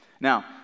now